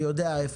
אני לא יודע מה